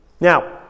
Now